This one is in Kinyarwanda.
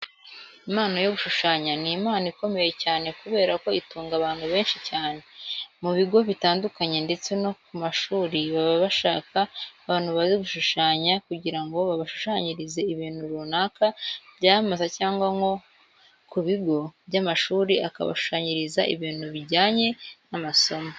Impano yo gushushanya ni impano ikomeye cyane kubera ko itunga abantu benshi cyane. Mu bigo bitandukanye ndetse no ku mashuri baba bashaka abantu bazi gushushanya kugira ngo babashushanyirize ibintu runaka byamamaza cyangwa nko ku bigo by'amashuri ukabashushanyiriza ibintu bijyanye n'amasomo.